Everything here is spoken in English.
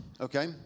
Okay